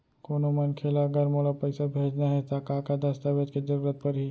कोनो मनखे ला अगर मोला पइसा भेजना हे ता का का दस्तावेज के जरूरत परही??